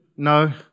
No